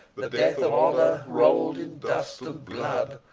the death of honour, rolled in dust and blood,